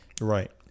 Right